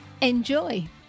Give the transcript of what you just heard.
Enjoy